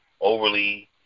overly